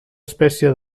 espècie